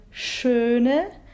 schöne